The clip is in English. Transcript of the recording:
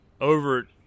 over